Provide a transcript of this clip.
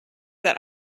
that